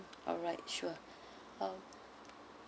alright sure um